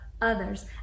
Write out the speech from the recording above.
others